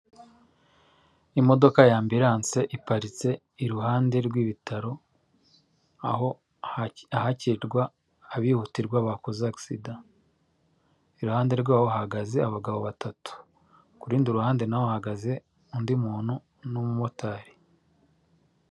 Imodoka ya ambilanse iparitse iruhande rw'ibitaro, aho ahakirirwa abihutirwa bakoze agisida, iruhande rwaho hahagaze abagabo batatu, ku rundi ruhande naho hahagaze undi muntu n'umumotari.